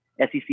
SEC